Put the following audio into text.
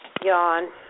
Yawn